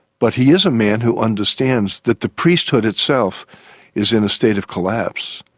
but he is a man who understands that the priesthood itself is in a state of collapse.